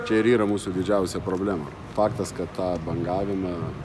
čia ir yra mūsų didžiausia problema faktas kad tą bangavimą